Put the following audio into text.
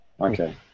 Okay